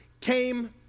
came